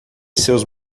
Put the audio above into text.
seus